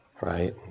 right